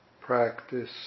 practice